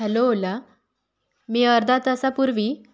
hello Ola मी अर्ध्या तासापूर्वी